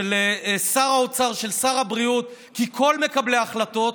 של שר האוצר, של שר הבריאות: כל מקבלי ההחלטות,